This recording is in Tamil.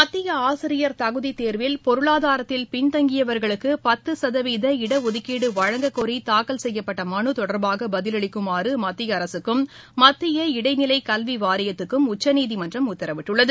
மத்திய ஆசிரியர் தகுதி தேர்வில் பொருளாதாரத்தில் பின்தங்கியவர்களுக்கு பத்து சதவீத இடஒதுக்கீடு வழங்கக்கோரி தூக்கல் செய்யப்பட்ட மனு தொடர்பாக பதிலளிக்குமாறு மத்திய அரசுக்கும் மத்திய இடைநிலை கல்வி வாரியத்துக்கும் உச்சநீதிமன்றம் உத்தரவிட்டுள்ளது